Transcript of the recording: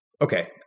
Okay